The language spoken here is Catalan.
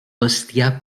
bestiar